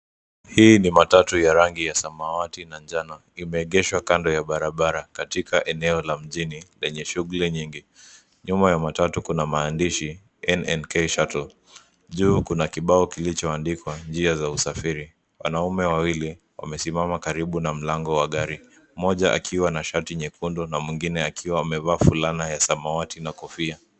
Hii ni matatu ya rangi ya samawati na njano, imeegeshwa kando ya barabara katika eneo la mjini lenye shughuli nyingi. Nyuma ya matatu kuna maandishi (NNK Shuttle). Juu kuna kibao kilicho andikwa njia za Usafiri, wanaume wawili wamesimama karibu na mlango wa gari, mmoja akiwa na shati nyekundu, na mwingine akiwa amevaa fulana ya samawati na kofia.